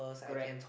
correct